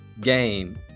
game